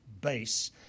base